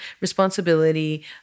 responsibility